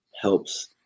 helps